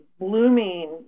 blooming